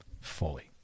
fully